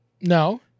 No